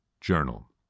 journal